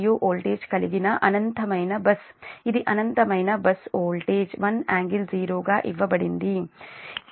u voltage కలిగిన అనంతమైన bus ఇది అనంతమైన బస్ వోల్టేజ్ 1∟0 గా ఇవ్వబడింది